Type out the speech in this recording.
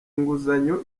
inguzanyo